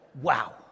Wow